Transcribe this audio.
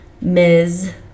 Ms